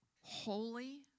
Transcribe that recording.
holy